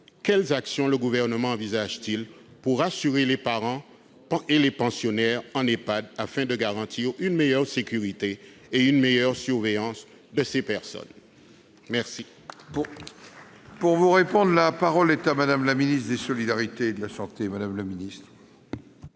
quelles actions le Gouvernement envisage-t-il pour rassurer les parents et les pensionnaires en Ehpad afin de garantir une meilleure sécurité et une meilleure surveillance de ces résidents ? La